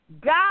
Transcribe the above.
God